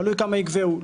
תלוי כמה יקבעו,